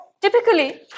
typically